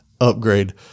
upgrade